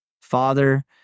father